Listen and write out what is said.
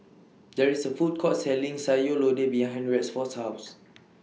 There IS A Food Court Selling Sayur Lodeh behind Rexford's House